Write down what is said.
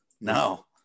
no